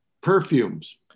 Perfumes